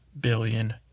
billion